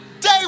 Day